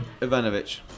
Ivanovic